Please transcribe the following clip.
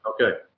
okay